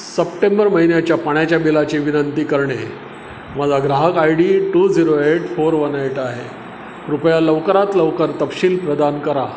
September महिन्याच्या पाण्याच्या बिलाची विनंती करणे माझा ग्राहक I D two zero eight four one eight आहे कृपया लवकरात लवकर तपशील प्रदान करा